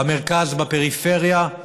במרכז, בפריפריה,